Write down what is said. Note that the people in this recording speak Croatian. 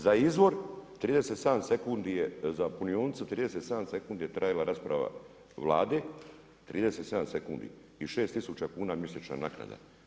Za izvor 37 sekundi je, za punionicu 37 sekundi je trajala rasprava Vlade, 37 sekundi i 6000 kuna mjesečna naknada.